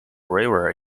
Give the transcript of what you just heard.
river